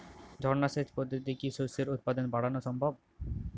ঝর্না সেচ পদ্ধতিতে কি শস্যের উৎপাদন বাড়ানো সম্ভব?